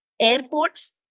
Airports